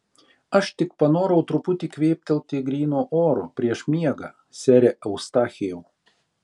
aš tik panorau truputį kvėptelti gryno oro prieš miegą sere eustachijau